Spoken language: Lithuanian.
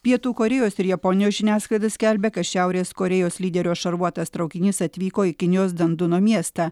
pietų korėjos ir japonijos žiniasklaida skelbia kad šiaurės korėjos lyderio šarvuotas traukinys atvyko į kinijos danduno miestą